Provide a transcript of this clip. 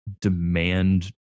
demand